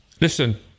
Listen